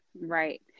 Right